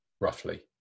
roughly